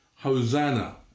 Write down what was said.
Hosanna